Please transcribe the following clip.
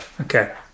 Okay